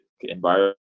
environment